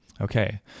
Okay